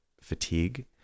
fatigue